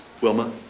Wilma